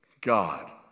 God